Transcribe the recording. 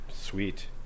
Sweet